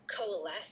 coalesce